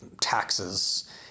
taxes